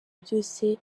byose